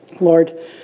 Lord